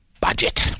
budget